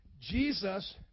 Jesus